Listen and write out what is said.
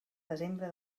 desembre